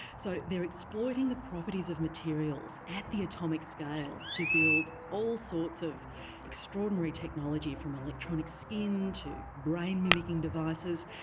so they are exploiting the properties of materials at the atomic scale to build all sorts of extraordinary technology, from electronic skin to brain mimicking devices,